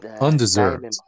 Undeserved